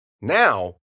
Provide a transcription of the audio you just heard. Now